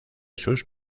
sus